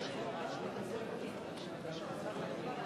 הצעת חוק הביטוח